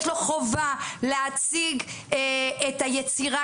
יש לו חובה להציג את היצירה,